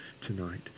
tonight